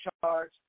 charge